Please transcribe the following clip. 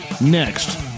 next